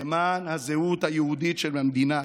למען הזהות היהודית של המדינה,